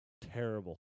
Terrible